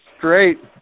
great